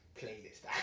playlist